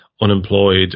unemployed